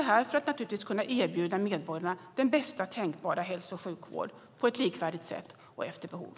Detta för att kunna erbjuda medborgarna bästa tänkbara hälso och sjukvård på ett likvärdigt sätt och efter behov.